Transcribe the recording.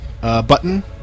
button